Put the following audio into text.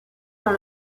dans